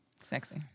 Sexy